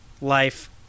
life